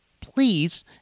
please